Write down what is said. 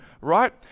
right